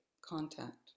contact